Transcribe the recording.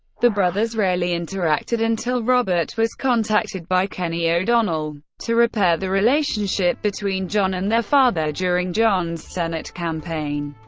the brothers rarely interacted until robert was contacted by kenny o'donnell to repair the relationship between john and their father during john's senate campaign.